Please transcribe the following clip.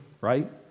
right